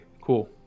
cool